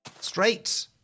Straight